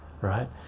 Right